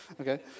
Okay